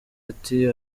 ati